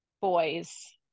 boys